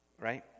right